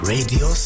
Radio